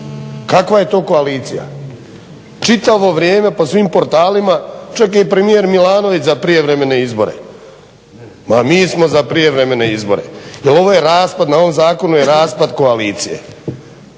Kakva je to koalicija? Čitavo vrijeme po svim portalima čak je i premijer Milanović za prijevremene izbore. Ma mi smo za prijevremene izbore, jer ovo je raspad, na ovom zakonu je raspad koalicije.